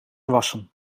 wassen